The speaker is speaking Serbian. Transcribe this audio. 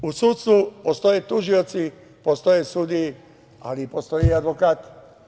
U sudstvu postoje tužioci, postoje sudije, ali postoje i advokati.